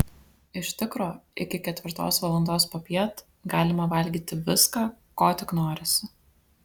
iš tikro iki ketvirtos valandos popiet galima valgyti viską ko tik norisi